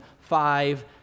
five